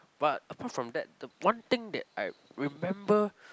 but apart from that the one thing that I remember